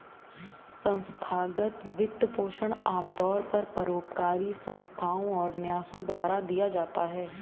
संस्थागत वित्तपोषण आमतौर पर परोपकारी संस्थाओ और न्यासों द्वारा दिया जाता है